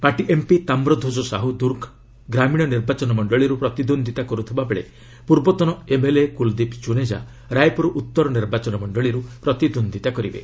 party MP Tamradhwaj Sahu Durg ଗ୍ରାମୀଣ ନିର୍ବାଚନ ମଞ୍ଚଳିରୁ ପ୍ରତିଦ୍ୱନ୍ଦ୍ୱିତା କରୁଥିବାବେଳେ ପୂର୍ବତନ ଏମ୍ଏଲ୍ଏ କୁଳଦୀପ୍ କୁନେଜା ରାୟପୁର ଉତ୍ତର ନିର୍ବାଚନ ମଣ୍ଡଳିରୁ ପ୍ରତିଦ୍ୱନ୍ଦ୍ୱିତା କରିବେ